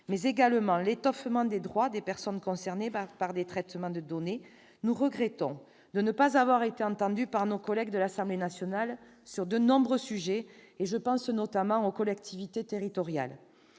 mais également l'étoffement des droits des personnes concernées par des traitements de données, nous regrettons de ne pas avoir été entendus par nos collègues de l'Assemblée nationale sur de nombreux sujets- je pense notamment aux collectivités territoriales.